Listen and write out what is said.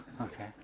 Okay